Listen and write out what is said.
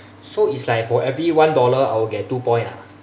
so it's like for every one dollar I will get two point lah